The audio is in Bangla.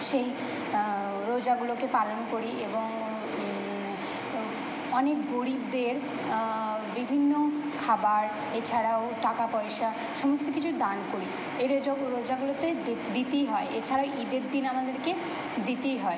সেই রোজাগুলোকে পালন করি এবং অনেক গরীবদের বিভিন্ন খাবার এছাড়াও টাকা পয়সা সমস্ত কিছু দান করি এদের যক রোজাগুলোতে দিতেই হয় এছাড়া ঈদের দিন আমাদেরকে দিতেই হয়